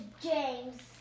James